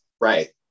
Right